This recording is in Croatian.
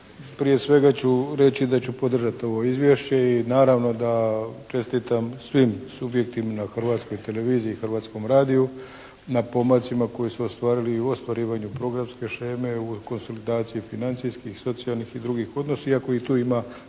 Prije svega ću reći da ću podržati ovo izvješće i naravno da čestitam svim … na Hrvatskoj televiziji i Hrvatskom radiju na pomacima koje su ostvarili u ostvarivanju programske sheme, u konsolidaciji financijskih, socijalnih i drugih odnosa iako t u ima